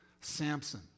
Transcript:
Samson